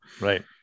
right